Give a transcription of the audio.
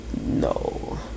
No